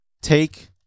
Take